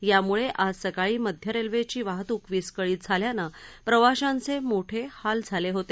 यामुळे आज सकाळी मध्य रेल्वेची वाहतूक विस्कळीत झाल्यानं प्रवाशांचे मोठे हाल झाले होते